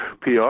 PR